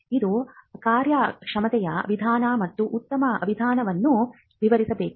ಇದು ಕಾರ್ಯಕ್ಷಮತೆಯ ವಿಧಾನ ಮತ್ತು ಉತ್ತಮ ವಿಧಾನವನ್ನು ವಿವರಿಸಬೇಕು